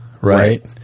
right